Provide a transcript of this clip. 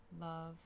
love